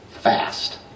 fast